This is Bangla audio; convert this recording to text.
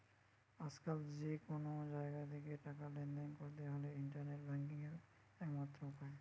আজকাল যে কুনো জাগা থিকে টাকা লেনদেন কোরতে হলে ইন্টারনেট ব্যাংকিং একমাত্র উপায়